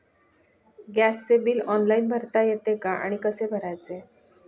गॅसचे bill online भरता येते का आणि कसे भरायचे?